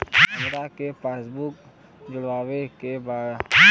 हमरा के पास बुक चढ़ावे के बा?